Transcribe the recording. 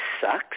sucks